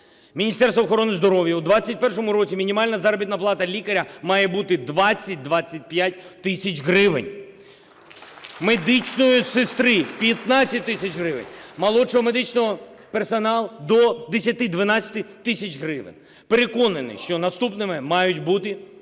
Міністерства охорони здоров'я у 2021 році мінімальна заробітна плата лікаря має бути 20-25 тисяч гривень, медичної сестри – 15 тисяч гривень, молодшого медичного персоналу – до 10-12 тисяч гривень. Переконаний, що наступними мають бути